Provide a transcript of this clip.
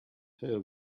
her